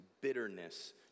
bitterness